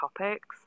topics